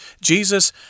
Jesus